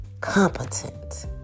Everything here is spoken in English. competent